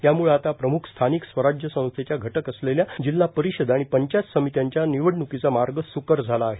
यामुळ आता प्रमुख स्थानिक स्वराज्य संस्थेच्या घटक असलेल्या जिल्हा परि ाद आणि पंचायत समित्यांच्या निवडणुकीचा मार्ग सुकर झाला आहे